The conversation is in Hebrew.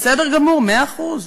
בסדר גמור, מאה אחוז.